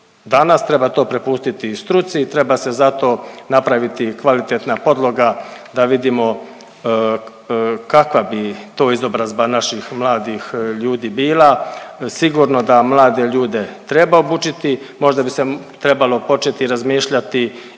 danas. Treba to prepustiti struci. Treba se za to napraviti kvalitetna podloga da vidimo kakva bi to izobrazba naših mladih ljudi bila. Sigurno da mlade ljude treba obučiti. Možda bi se trebalo početi razmišljati